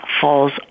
falls